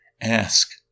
Ask